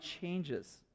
changes